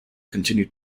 continue